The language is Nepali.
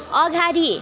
अघाडि